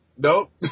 Nope